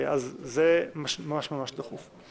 אז זה ממש ממש דחוף.